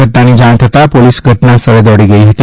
ઘટનાની જાણ થતાં પોલીસ ઘટના સ્થળે દોડી ગઇ હતી